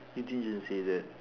you didn't just say that